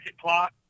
clock